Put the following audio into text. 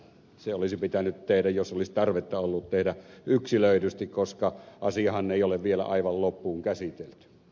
se olisi pitänyt tehdä jos olisi tarvetta ollut tehdä yksilöidysti koska asiahan ei ole vielä aivan loppuun käsitelty